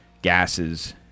Gases